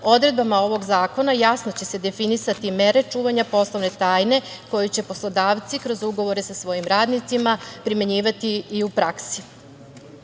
Odredbama ovog zakona će se jasno definisati mere čuvanja poslovne tajne koje će poslodavci kroz ugovore sa svojim radnicima primenjivati i u praksi. Naša